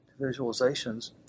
visualizations